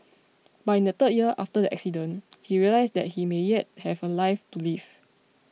but in the third year after the accident he realised that he may yet have a life to live